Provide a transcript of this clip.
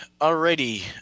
Alrighty